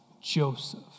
Joseph